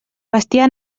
bestiar